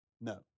No